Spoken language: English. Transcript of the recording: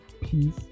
peace